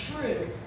true